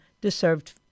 deserved